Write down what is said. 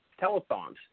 telethons